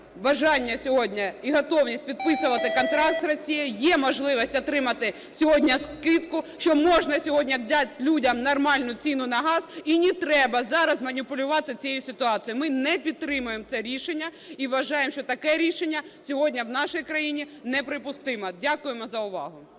бажання сьогодні і готовність підписувати контракт з Росією, є можливість отримати сьогодні скидку, що можна сьогодні дати людям нормальну ціну на газ. І не треба зараз маніпулювати цією ситуацією. Ми не підтримуємо це рішення, і вважаємо, що таке рішення сьогодні в нашій країні неприпустиме. Дякуємо за увагу.